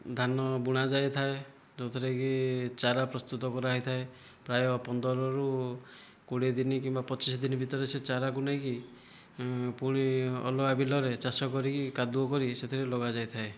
ଧାନ ବୁଣା ଯାଇଥାଏ ଯେଉଁଥିରେ କି ଚାରା ପ୍ରସ୍ତୁତ କରାହୋଇଥାଏ ପ୍ରାୟ ପନ୍ଦରରୁ କୋଡ଼ିଏ ଦିନ କିମ୍ବା ପଚିଶ ଦିନ ଭିତରେ ସେ ଚାରାକୁ ନେଇକି ପୁଣି ଅଲଗା ବିଲରେ ଚାଷ କରିକି କାଦୁଅ କରିକି ସେଥିରେ ଲଗାଯାଇଥାଏ